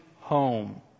home